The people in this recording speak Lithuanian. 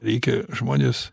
reikia žmonės